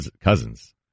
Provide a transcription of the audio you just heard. Cousins